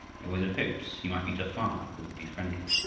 he was in hopes he might meet a farmer who would be friendly.